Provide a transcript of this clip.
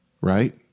right